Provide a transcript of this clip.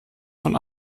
von